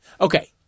Okay